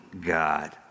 God